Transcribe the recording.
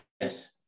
yes